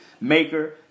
Maker